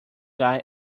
guy